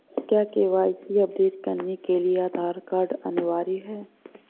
क्या KYC update करने के लिए आधार कार्ड अनिवार्य है?